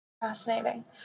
Fascinating